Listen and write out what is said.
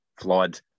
flawed